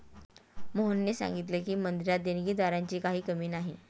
मोहनने सांगितले की, मंदिरात देणगीदारांची काही कमी नाही